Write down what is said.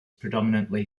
predominately